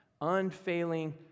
Unfailing